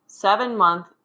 seven-month